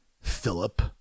Philip